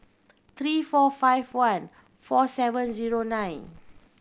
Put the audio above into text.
three four five one four seven zero nine